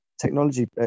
technology